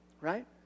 Right